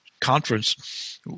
conference